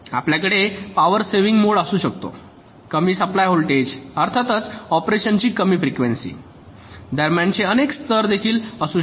आपल्याकडे power saving mode असू शकतो कमी सप्लाय व्होल्टेज अर्थातच ऑपरेशनची कमी फ्रिकवेंसी दरम्यानचे अनेक स्तर देखील असू शकतात